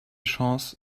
chance